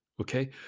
Okay